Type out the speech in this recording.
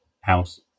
house